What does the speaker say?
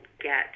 get